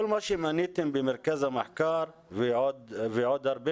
כל מה שמניתם במרכז המחקר ועוד הרבה